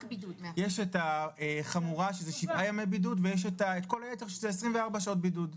יש את החמורה שזה שבעה ימי בידוד ויש את כל היתר שזה 24 שעות בידוד.